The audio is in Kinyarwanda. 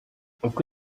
uku